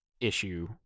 issue